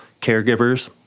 caregivers